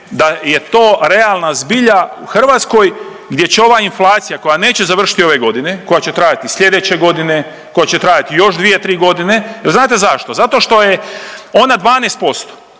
da je to realna zbilja u Hrvatskoj, gdje će ova inflacija koja neće završiti ove godine, koja će trajati i sljedeće godine, koja će trajati još dvije, tri godine. Znate zašto? Zato što je ona 12%